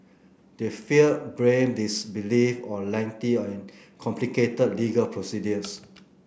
they fear blame disbelief or lengthy and complicated legal procedures